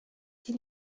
die